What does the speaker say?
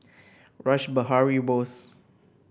Rash Behari Bose